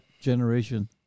generation